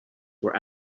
were